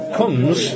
comes